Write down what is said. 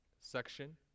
section